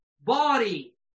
body